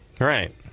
Right